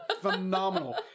phenomenal